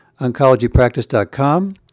oncologypractice.com